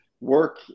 work